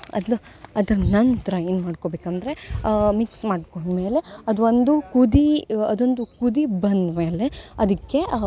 ಅದ್ನ ಅದರ ನಂತರ ಏನು ಮಾಡ್ಕೊಬೇಕು ಅಂದರೆ ಮಿಕ್ಸ್ ಮಾಡ್ಕೊಂಡ ಮೇಲೆ ಅದು ಒಂದು ಕುದಿ ಅದೊಂದು ಕುದಿ ಬಂದ ಮೇಲೆ ಅದಕ್ಕೆ